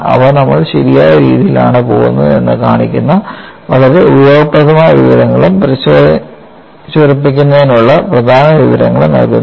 അവ നമ്മൾ ശരിയായ രീതിയിൽ ആണ് പോകുന്നത് എന്ന് കാണിക്കുന്ന വളരെ ഉപയോഗപ്രദമായ വിവരങ്ങളും പരിശോധിച്ചുറപ്പിക്കുന്നതിനുള്ള പ്രധാന വിവരങ്ങളും നൽകുന്നു